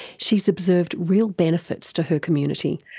she's observed real benefits to her community.